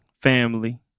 family